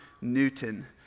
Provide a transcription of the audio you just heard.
Newton